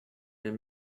mir